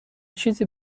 چیزی